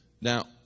Now